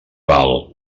val